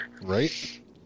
Right